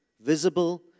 visible